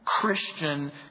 Christian